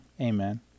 Amen